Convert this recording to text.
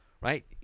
right